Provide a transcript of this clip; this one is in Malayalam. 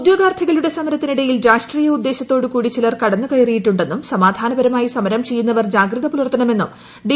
ഉദ്യോഗാർത്ഥികളുടെ സമരത്തിനിടയിൽ രാഷ്ട്രീയ ഉദ്ദേശൃത്തോടു കൂടി ചിലർ കടന്നു കയറിയിട്ടുണ്ടെന്നും സമാധാനപരമായി സമരം ചെയ്യുന്നവർ ജാഗ്രത പുലർത്തണമെന്നും ഡി